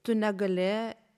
tu negali